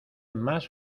más